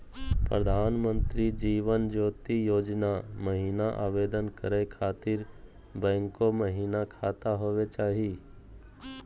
प्रधानमंत्री जीवन ज्योति योजना महिना आवेदन करै खातिर बैंको महिना खाता होवे चाही?